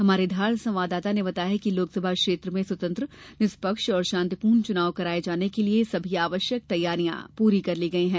हमारे धार संवाददाता ने बताया कि लोकसभा क्षेत्र में स्वतंत्र निष्पक्ष और शांतिपूर्ण चुनाव कराये जाने के लिये सभी आवश्यक तैयारियां पूरी कर ली गयी है